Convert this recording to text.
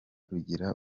rugira